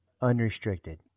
Unrestricted